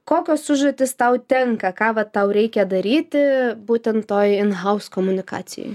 kokios užduotys tau tenka ką va tau reikia daryti būtent toj in haus komunikacijoj